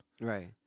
right